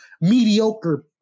mediocre